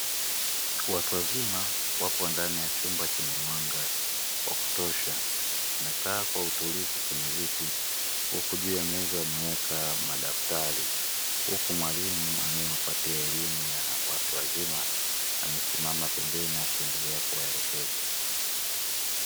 Watu wazima wapo ndani ya chumba chenye mwanga wa kutosha wamekaa kwa utulivu kwenye viti huku juu ya meza wameweka madaftari. Huku mwalimu anayewapatia elimu ya watu wazima amesimama pembeni akiendelea kuwaelekeza.